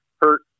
hurt